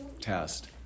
test